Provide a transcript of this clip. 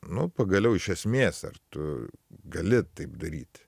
nu pagaliau iš esmės ar tu gali taip daryti